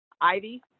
Ivy